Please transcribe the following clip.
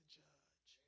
judge